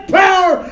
power